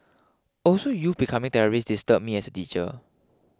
also youth becoming terrorists disturbs me as a teacher